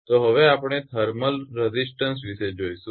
તો હવે આપણે થર્મલ ઉષ્ણતા રેઝિસ્ટન્સ પ્રતિકાર વિશે જોઇશું